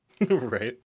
Right